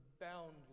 boundless